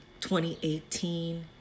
2018